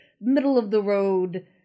middle-of-the-road